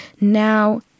Now